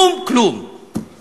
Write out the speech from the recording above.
כלום, כלום, כלום, כלום.